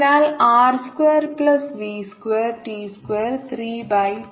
അതിനാൽ R square plus v square T square 3 by 2